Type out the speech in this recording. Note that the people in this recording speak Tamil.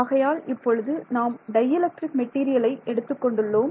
ஆகையால் இப்பொழுது நாம் டை எலெக்ட்ரிக் மெட்டீரியலை எடுத்துக் கொண்டுள்ளோம்